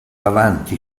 avanti